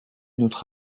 notre